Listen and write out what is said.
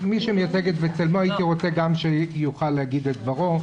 הייתי שמח לשמוע את דברו.